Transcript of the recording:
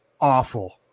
awful